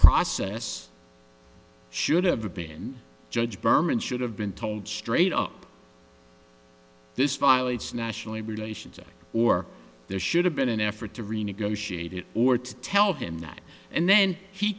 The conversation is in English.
process should have been judge berman should have been told straight up this violates national labor relations act or there should have been an effort to renegotiate it or to tell him that and then he